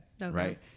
right